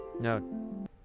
No